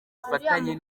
bufatanye